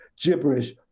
gibberish